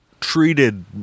treated